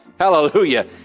Hallelujah